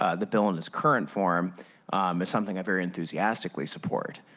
ah the bill in its current form is something i very enthusiastically support.